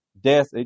death